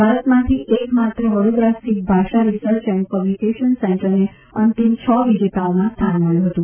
ભારતમાંથી એકમાત્ર વડોદરા સ્થિત ભાષા રિસર્ચ એન્ડ પબ્લીકેશન સેન્ટરને અંતિમ છ વિજેતાઓમાં સ્થાન મળ્યું હતું